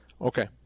okay